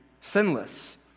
sinless